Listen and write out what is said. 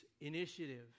initiative